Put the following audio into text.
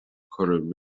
cuireadh